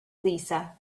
lisa